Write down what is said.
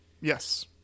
yes